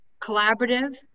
collaborative